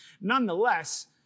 Nonetheless